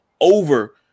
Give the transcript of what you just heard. over